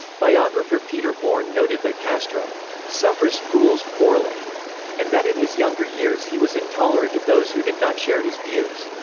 biographer peter bourne noted that castro suffers fools poorly and that in his younger years he was intolerant of those who did not share his views.